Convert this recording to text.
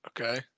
Okay